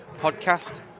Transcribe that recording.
podcast